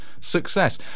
success